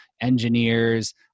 engineers